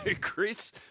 Chris